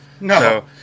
No